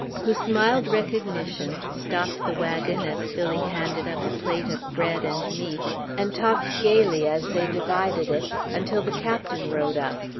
who smiled recognition, stopped the wagon as phillie handed up a plate of bread and meat, and talked gayly as they divided it, until the captain rode up.